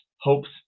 hopes